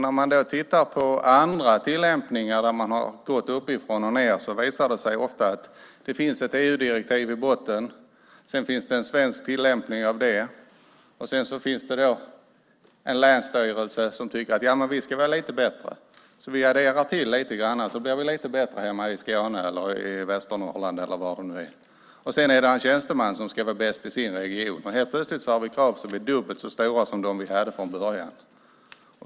När man tittar på andra tillämpningar, där man har gått uppifrån och ned, visar det sig ofta att det finns ett EU-direktiv i botten, och sedan finns det en svensk tillämpning av det. Sedan finns det en länsstyrelse som tycker att vi ska vara lite bättre: Vi adderar lite. Så blir vi lite bättre hemma i Skåne eller Västernorrland eller var det nu är. Sedan är det en tjänsteman som ska vara bäst i sin region. Helt plötsligt har vi krav som är dubbelt så höga som dem som vi hade från början.